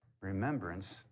remembrance